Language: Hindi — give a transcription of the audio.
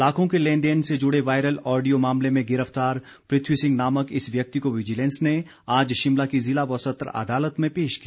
लाखों के लेन देन से जुड़े वायरल ऑडियो मामले में गिरफ्तार पृथ्वी सिंह नामक इस व्यक्ति को विजिलेंस ने आज शिमला की जिला व सत्र अदालत में पेश किया